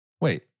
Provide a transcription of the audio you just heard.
Wait